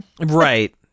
Right